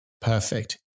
perfect